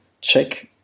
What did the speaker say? check